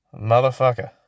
motherfucker